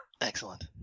Excellent